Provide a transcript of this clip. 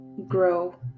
grow